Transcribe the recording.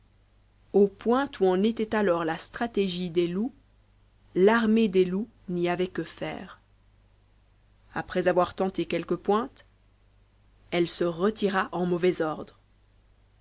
au point où en était alors la stratégie des loups l'armée des loups n'y avait que faire après avoir tenté quelques pointes elle se retira en mauvais ordre